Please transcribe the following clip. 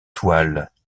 toiles